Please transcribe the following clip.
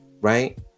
right